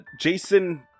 Jason